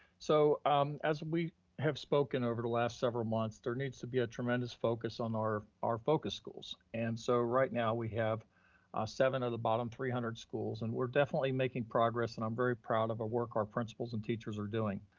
so um as we have spoken over the last several months, there needs to be a tremendous focus on our our focus schools, and so right now we have seven of the bottom three hundred schools and we're definitely making progress and i'm very proud of the work our principals and teachers are doing,